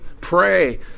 Pray